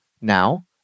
Now